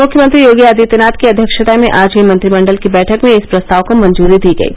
मुख्यमंत्री योगी आदित्यनाथ की अध्यक्षता में आज हुयी मंत्रिमण्डल की बैठक में इस प्रस्ताव को मंजूरी दी गयी